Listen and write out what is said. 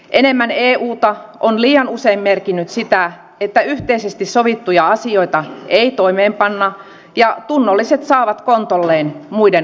enemmän euta on liian usein merkinnyt sitä että yhteisesti sovittuja asioita ei toimeenpanna ja tunnolliset saavat kontolleen muiden ongelmat